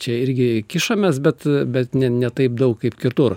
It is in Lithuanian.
čia irgi kišamės bet bet ne ne taip daug kaip kitur